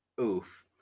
oof